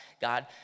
God